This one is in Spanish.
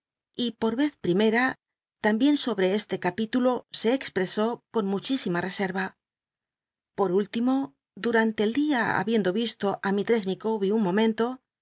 y ponez primera tambien sobro este capitulo se expresó con muchísima rcsera por último durante el dia habiendo isto mistress micawber un momento